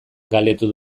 galdetzen